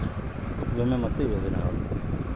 ವಿಮೆ ಮತ್ತೆ ಯೋಜನೆಗುಳು